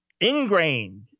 ingrained